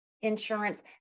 insurance